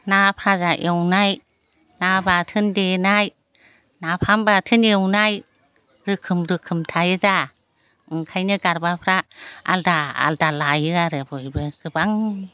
ना फाजा एवनाय ना बाथोन देनाय नाफाम बाथोन एवनाय रोखोम रोखोम थायोदा ओंखायनो गारबाफ्रा आलदा आलदा लायो आरो बयबो गोबां